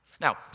Now